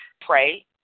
pray